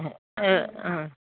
ओ ओ